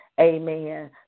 Amen